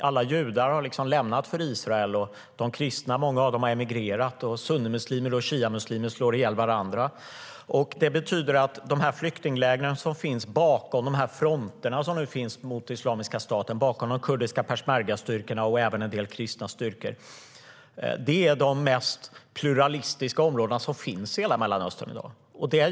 Alla judar har lämnat Mellanöstern för Israel, många av de kristna har emigrerat och sunnimuslimer och shiamuslimer slår ihjäl varandra. Det betyder att flyktinglägren bakom fronterna som nu finns mot Islamiska staten, bakom de kurdiska peshmergastyrkorna och även en del kristna styrkor, ligger i de mest pluralistiska områden som finns i hela Mellanöstern i dag.